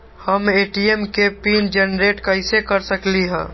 हम ए.टी.एम के pin generate कईसे कर सकली ह?